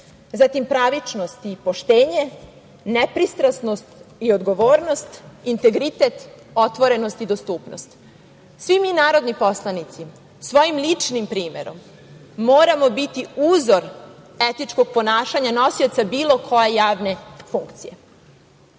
zatim pravičnost i poštenje, nepristrasnost i odgovornost, integritet, otvorenost i dostupnost. Svi mi narodni poslanici svojim ličnim primerom moramo biti uzor etičkog ponašanja nosioca bilo koje javne funkcije. Kodeks